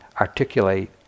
articulate